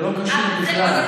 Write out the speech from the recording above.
זה לא קשור בכלל.